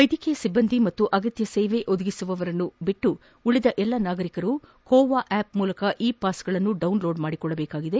ವೈದ್ಯಕೀಯ ಸಿಬ್ಲಂದಿ ಮತ್ತು ಅಗತ್ಯ ಸೇವೆ ಒದಗಿಸುವವರನ್ನು ಹೊರತುಪಡಿಸಿ ಉಳಿದ ಎಲ್ಲಾ ನಾಗರಿಕರು ಕೊವಾ ಆಪ್ ಮೂಲಕ ಇ ಪಾಸ್ಗಳನ್ನು ಡೌನ್ಲೋಡ್ ಮಾಡಿಕೊಳ್ಳಬೇಕಾಗಿದೆ